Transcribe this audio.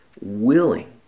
willing